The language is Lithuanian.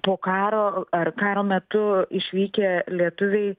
po karo ar karo metu išvykę lietuviai